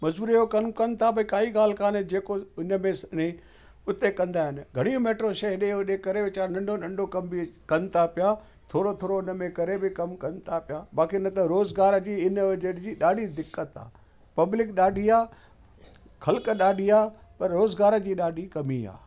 मजबूरीअ जो कम कनि था काई ॻाल्हि कोन्हे जेको हिनमें सही उते कंदा आहिनि घणी मेट्रो स्टे एॾे ओॾे करे वेचारा नंढो नंढो कम बि कनि था पिया थोरो थोरो उनमें करे भई कम कनि था पिया बाक़ी न त रोज़गार जी इन जहिड़ी ॾाढी दिक़तु आहे पब्लिक ॾाढी आहे ख़ल्कु ॾाढी आहे पर रोज़गार जी ॾाढी कमी आहे